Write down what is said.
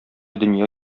дөнья